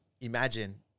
imagine